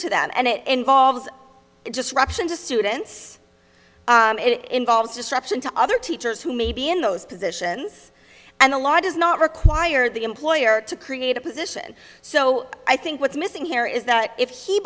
to them and it involves just ructions of students it involves disruption to other teachers who may be in those positions and a lot does not require the employer to create a position so i think what's missing here is that if he